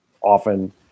often